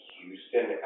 Houston